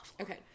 okay